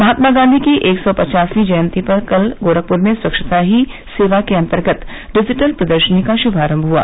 महात्मा गांधी की एक सौ पचासवीं जयंती पर कल गोरखपुर में स्वच्छता ही सेवा के अंतर्गत डिजिटल प्रदर्शनी का शुभारंभ हुआ